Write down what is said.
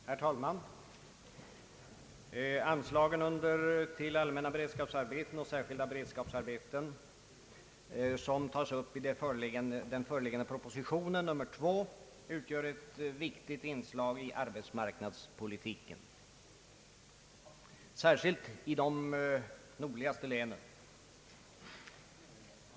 Herr talman! Anslagen till allmänna beredskapsarbeten och särskilda beredskapsarbeten, som tas upp i den föreliggande propositionen nr 2, utgör ett viktigt inslag i arbetsmarknadspolitiken särskilt i de nordligaste länen.